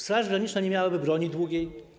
Straż Graniczna nie miałaby broni długiej.